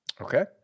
okay